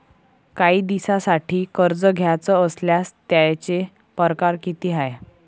कायी दिसांसाठी कर्ज घ्याचं असल्यास त्यायचे परकार किती हाय?